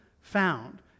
found